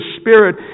Spirit